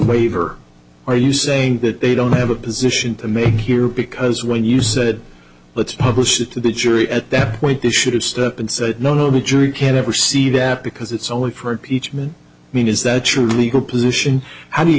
waiver are you saying that they don't have a position to make here because when you said let's publish it to the jury at that point they should have stood up and said no no the jury can never see that because it's only for a pietschmann mean is that your legal position how do you